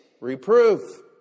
Reproof